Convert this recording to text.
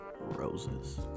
roses